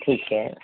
ਠੀਕ ਹੈ